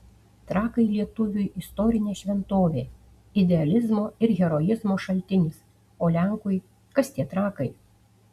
trakai lietuviui istorinė šventovė idealizmo ir heroizmo šaltinis o lenkui kas tie trakai